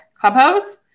clubhouse